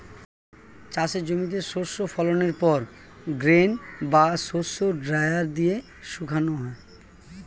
চাষের জমিতে শস্য ফলনের পর গ্রেন বা শস্য ড্রায়ার দিয়ে শুকানো হয়